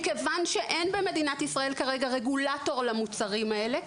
מכיוון שאין במדינת ישראל כרגע רגולטור למוצרים האלה,